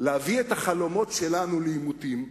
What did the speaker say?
להביא את החלומות שלנו לעימותים,